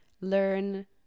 learn